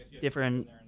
different